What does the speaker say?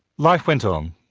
life went on.